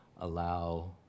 allow